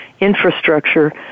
infrastructure